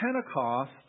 Pentecost